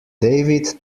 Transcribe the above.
david